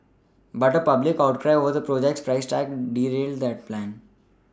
but a public outcry over the project's price tag derailed that plan